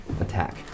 attack